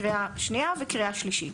קריאה שנייה וקריאה שלישית.